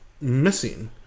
missing